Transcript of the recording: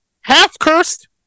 half-cursed